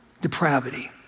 depravity